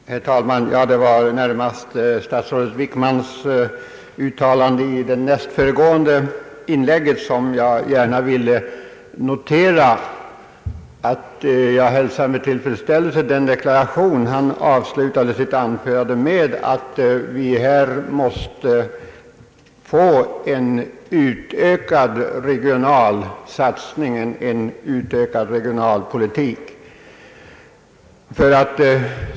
Herr talman! Jag vill med tillfredsställelse notera den deklaration med vilken statsrådet Wickman avslutade sitt näst föregående anförande, nämligen att vi här måste få en utökad regional satsning, en aktivare regional politik.